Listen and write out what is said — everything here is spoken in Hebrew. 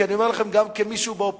כי אני אומר לכם גם כמי שהוא באופוזיציה,